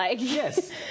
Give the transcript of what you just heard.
yes